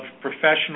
professional